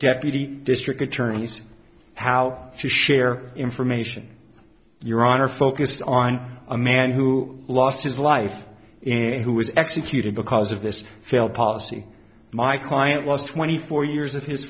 deputy district attorneys how to share information your honor focused on a man who lost his life and who was executed because of this failed policy my client was twenty four years of his